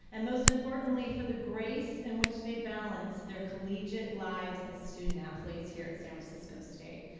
and most importantly, for the grace in which they balance their collegiate lives as student athletes here at san francisco state.